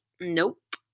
nope